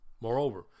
Moreover